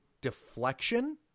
deflection